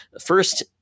first